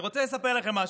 אני רוצה לספר לכם משהו: